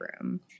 Room